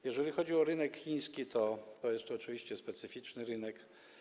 Jeżeli chodzi o rynek chiński, to jest to oczywiście specyficzny rynek.